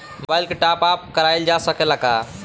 Mobile के टाप आप कराइल जा सकेला का?